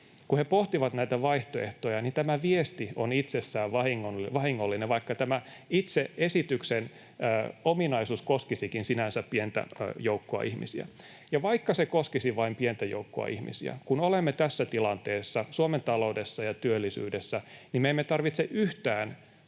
kun he pohtivat näitä vaihtoehtoja, niin tämä viesti itsessään on vahingollinen, vaikka tämä itse esityksen ominaisuus koskisikin sinänsä pientä joukkoa ihmisiä. Ja vaikka se koskisi vain pientä joukkoa ihmisiä, niin kun olemme tässä tilanteessa, Suomen taloudessa ja työllisyydessä, me emme tarvitse yhtään